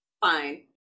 Fine